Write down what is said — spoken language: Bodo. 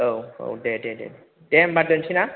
औ औ दे दे दे दे होम्बा दोनसै ना